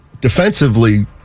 defensively